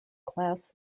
class